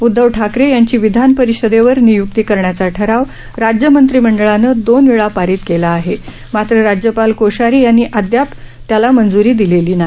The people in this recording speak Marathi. उद्धव ठाकरे यांची विधानपरिषदेवर नियुक्ती करण्याचा ठराव राज्य मंत्रिमंडळानं दोन वेळा पारित केला आहे मात्र राज्यपाल कोश्यारी यांनी अद्याप त्याला मंज्री दिलेली नाही